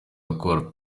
akora